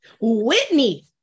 Whitney